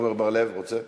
עמר בר-לב, רוצה?